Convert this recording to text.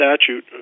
statute